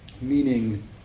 Meaning